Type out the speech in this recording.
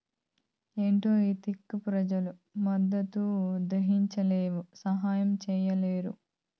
ఏంటో ఈ తిక్క పెబుత్వాలు మద్దతు ధరియ్యలేవు, సాయం చెయ్యలేరు